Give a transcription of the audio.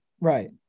right